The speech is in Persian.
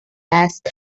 است